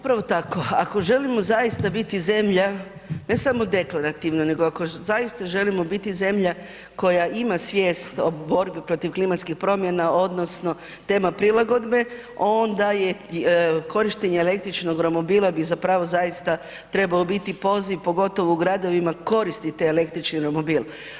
Upravo tako, ako želimo zaista biti zemlja ne samo deklarativno, nego ako zaista želimo biti zemlja koja ima svijest o borbi protiv klimatskih promjena odnosno tema prilagodbe onda je korištenje električnog romobila bi zaista trebao biti poziv pogotovo u gradovima koristite električni romobil.